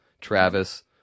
Travis